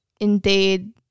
indeed